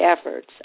efforts